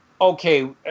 okay